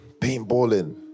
Paintballing